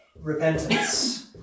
repentance